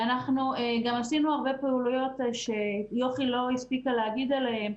ואנחנו גם עשינו הרבה פעילויות שיוכי לא הספיקה לדבר עליהן,